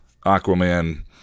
Aquaman